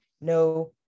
no